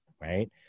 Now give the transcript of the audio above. right